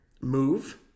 move